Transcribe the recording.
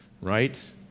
right